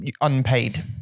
unpaid